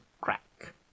crack